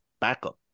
backup